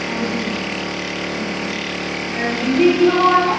আগের দিন ঠিক আছে ভিজিট কিরকম আছে